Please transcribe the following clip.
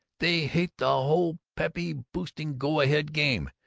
they hate the whole peppy, boosting, go-ahead game,